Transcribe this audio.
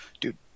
Dude